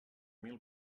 mil